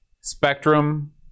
Spectrum